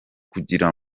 kugira